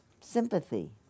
sympathy